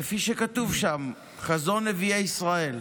כפי שכתוב שם, חזון נביאי ישראל,